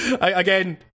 Again